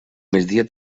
migdia